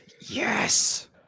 Yes